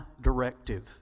Directive